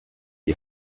die